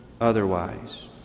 otherwise